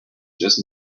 just